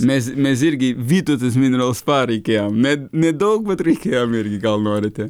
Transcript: mes mes irgi vytautas mineral spa reikėjo me nedaug bet reikėjo irgi gal norite